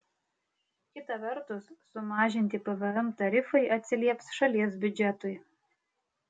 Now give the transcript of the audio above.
kita vertus sumažinti pvm tarifai atsilieps šalies biudžetui